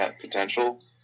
potential